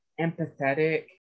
empathetic